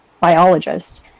biologists